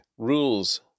Rules